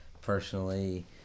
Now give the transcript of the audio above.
personally